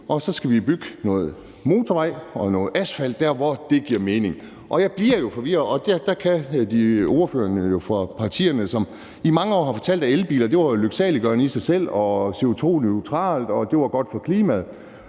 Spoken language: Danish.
og så skal vi bygge noget motorvej og lægge noget asfalt der, hvor dét giver mening. Der er ordførere for partier, som i mange år har fortalt, at elbiler var lyksaliggørende i sig selv, CO2-neutrale, og at de var gode for klimaet.